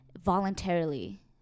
Voluntarily